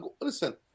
Listen